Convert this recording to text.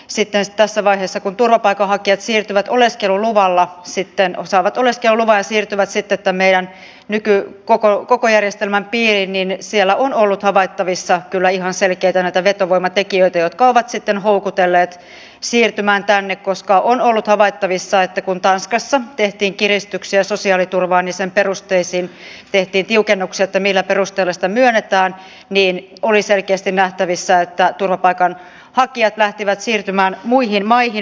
sitten tässä vaiheessa kun turvapaikanhakijat saavat oleskeluluvan ja siirtyvät sitten meidän koko järjestelmän piiriin niin siellä on ollut havaittavissa kyllä ihan näitä selkeitä vetovoimatekijöitä jotka ovat sitten houkutelleet siirtymään tänne koska on ollut havaittavissa että kun tanskassa tehtiin kiristyksiä sosiaaliturvaan ja sen perusteisiin tehtiin tiukennuksia että millä perusteella sitä myönnetään niin oli selkeästi nähtävissä että turvapaikanhakijat lähtivät siirtymään muihin maihin